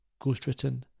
ghostwritten